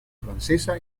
francesa